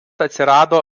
atsirado